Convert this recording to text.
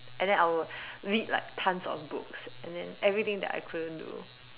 and then I'll read like tons of books and then everything that I couldn't do